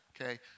okay